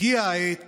הגיעה העת